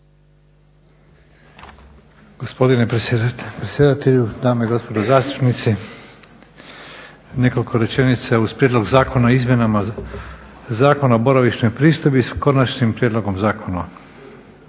Gospodine predsjedatelju, dame i gospodo zastupnici. Nekoliko rečenica uz Prijedlog zakona o izmjenama Zakona o boravišnoj pristojbi sa konačnim prijedlogom zakona.